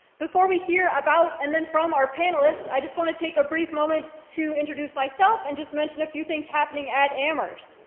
before we hear about, and then from our panelists, i just want to take a brief moment to introduce myself and just mention a few things happening at amherst.